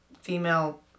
female